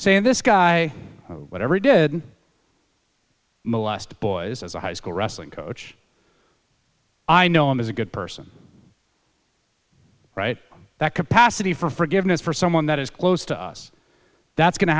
saying this guy whatever he did molest boys as a high school wrestling coach i know him as a good person right capacity for forgiveness for someone that is close to us that's go